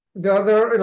the other and